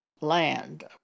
land